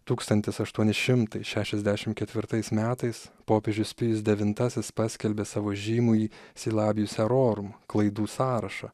tūkstantis aštuoni šimtai šešiasdešimt ketvirtais metais popiežius pijus devintasis paskelbė savo žymųjį silabius erorum klaidų sąrašą